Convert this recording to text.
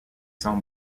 sans